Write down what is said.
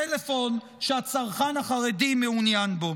טלפון שהצרכן החרדי מעוניין בו.